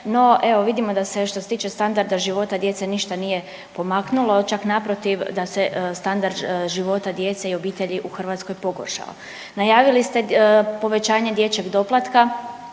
no evo vidimo da se što se tiče standarda života djece ništa nije pomaknulo, čak naprotiv da se standard života djece i obitelji u Hrvatskoj pogoršao. Najavili ste povećanje dječjeg doplatka,